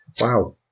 Wow